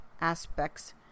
aspects